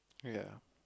ya